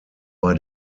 bei